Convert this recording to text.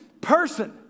person